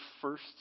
first